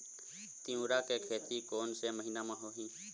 तीवरा के खेती कोन से महिना म होही?